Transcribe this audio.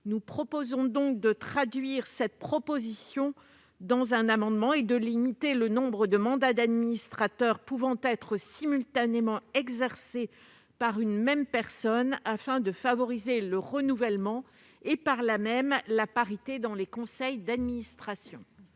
Nous proposons donc de traduire cette proposition dans un amendement et de limiter le nombre de mandats d'administrateur pouvant être simultanément exercés par une même personne, afin de favoriser le renouvellement et, par là même, la parité dans les conseils d'administration.